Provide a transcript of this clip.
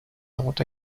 not